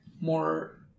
more